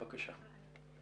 בבקשה.